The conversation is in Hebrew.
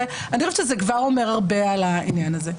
ואני חושבת שזה כבר אומר הרבה על העניין הזה.